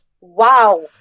Wow